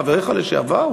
חבריך לשעבר,